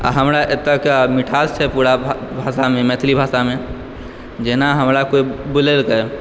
आ हमरा एतयके मिठास छै पूरा भाषामे मैथिली भाषामे जेना हमरा कोइ बुलेलकय